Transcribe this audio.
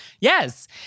Yes